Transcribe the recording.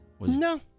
No